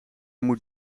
moet